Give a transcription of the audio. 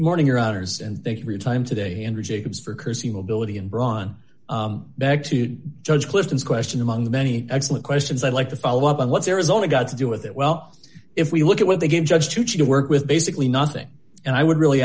morning your honour's and thank you for your time today and jacobs for courtesy mobility and brawn back to judge clifton's question among the many excellent questions i'd like to follow up on what's arizona got to do with it well if we look at what the game judge who to work with basically nothing and i would really